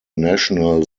national